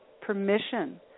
permission